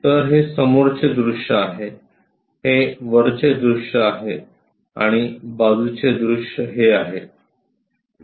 तर हे समोरचे दृश्य आहे हे वरचे दृश्य आहे आणि बाजूचे दृश्य हे आहे